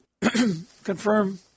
confirm